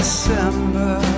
December